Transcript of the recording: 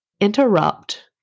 interrupt